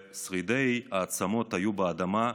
שרידי העצמות היו באדמה,